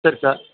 சரி சார்